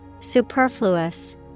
Superfluous